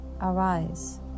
arise